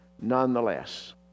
nonetheless